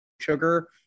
sugar